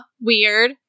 weird